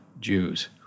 Jews